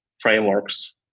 frameworks